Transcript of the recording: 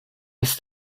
ist